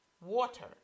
water